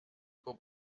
pour